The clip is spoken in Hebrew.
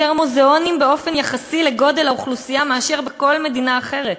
מוזיאונים באופן יחסי לגודל האוכלוסייה מאשר לכל מדינה אחרת.